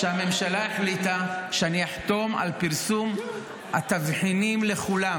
והממשלה החליטה שאני אחתום על פרסום התבחינים לכולם